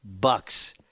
Bucks